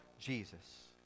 Jesus